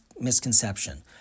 misconception